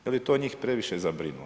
Je li to njih previše zabrinulo?